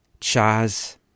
Chaz